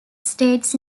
states